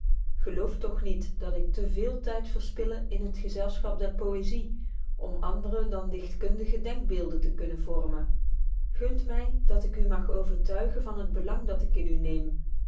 gelooft toch niet dat ik te véél tijd verspille in het gezelschap der poëzy om andere dan dichtkundige denkbeelden te kunnen vormen gunt my dat ik u mag overtuigen van het belang dat ik in u neem